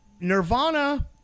Nirvana